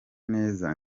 neza